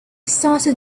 started